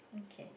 okay